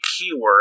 keyword